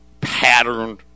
patterned